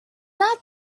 not